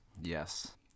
Yes